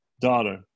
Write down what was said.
daughter